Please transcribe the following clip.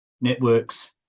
networks